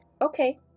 Okay